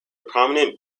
prominent